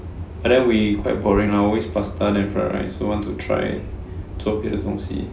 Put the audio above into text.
but then we quite boring lah always pasta then fried rice so want to try 做别的东西